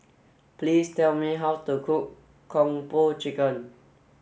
please tell me how to cook Kung Po Chicken